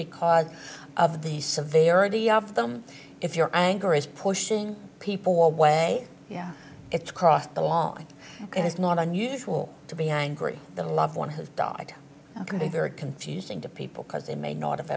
because of the severity of them if your anger is pushing people away yeah it's crossed the line and it's not unusual to be angry that a loved one has died can be very confusing to people because they may not have